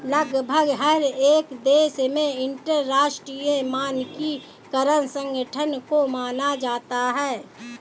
लगभग हर एक देश में अंतरराष्ट्रीय मानकीकरण संगठन को माना जाता है